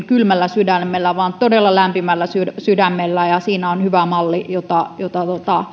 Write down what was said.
kylmällä sydämellä vaan todella lämpimällä sydämellä sydämellä ja siinä on hyvä malli jota jota